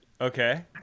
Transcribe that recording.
Okay